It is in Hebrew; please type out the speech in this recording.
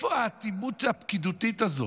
איפה האטימות הפקידותית הזאת?